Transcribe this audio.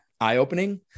eye-opening